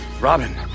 Robin